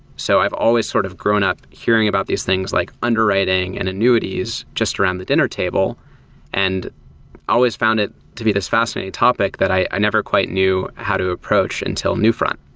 so i've always sort of grown up hearing about these things like underwriting and annuities just around the dinner table and i always found it to be this fascinating topic that i never quite knew how to approach until newfront.